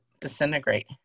disintegrate